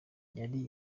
yari